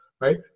right